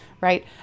right